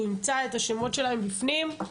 הוא ימצא את השמות שלהם בפנים?